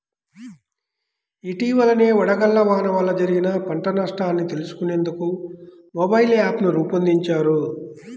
ఇటీవలనే వడగళ్ల వాన వల్ల జరిగిన పంట నష్టాన్ని తెలుసుకునేందుకు మొబైల్ యాప్ను రూపొందించారు